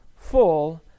full